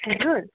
हजुर